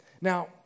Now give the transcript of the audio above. Now